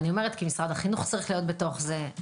אני אומרת כי משרדי החינוך והבריאות צריכים להיות בתוך זה.